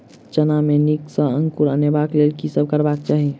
चना मे नीक सँ अंकुर अनेबाक लेल की सब करबाक चाहि?